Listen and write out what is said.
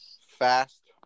fast